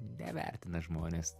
nevertina žmonės